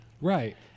Right